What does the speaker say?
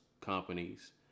companies